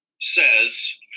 says